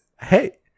hey